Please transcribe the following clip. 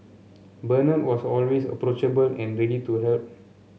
Bernard was always approachable and ready to help